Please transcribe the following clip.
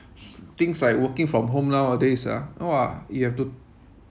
things like working from home nowadays ah !wah! you have to